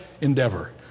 endeavor